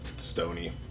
Stony